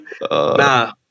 nah